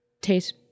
taste